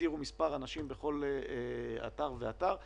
תגדירו מספר אנשים בכל אתר ואתר,